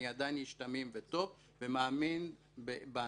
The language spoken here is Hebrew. אני עדיין איש תמים וטוב ומאמין באנשים.